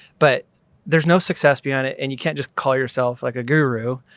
but there's no success behind it. and you can't just call yourself like a guru,